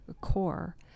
core